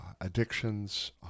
addictions